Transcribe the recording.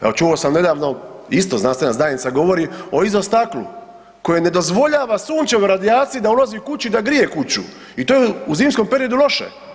Evo čuo sam nedavno, isto znanstvena zajednica govori o izostaklu koje ne dozvoljava Sunčevoj radijaciji da ulazi u kuću i da grije kuću i to je u zimskom periodu loše.